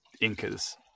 Incas